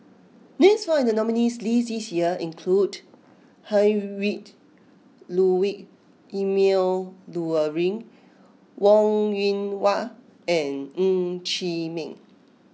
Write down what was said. names found in the nominees' list this year include Heinrich Ludwig Emil Luering Wong Yoon Wah and Ng Chee Meng